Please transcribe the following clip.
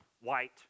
white